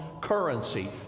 currency